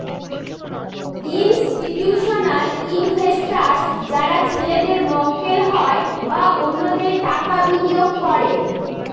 institutional investors যারা ছেলেদের মক্কেল হয় বা অন্যদের টাকা বিনিয়োগ করে